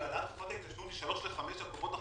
של העלאת תקופת ההתיישנות משלוש לחמש על קופות החולים?